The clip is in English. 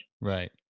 Right